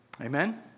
Amen